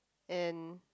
and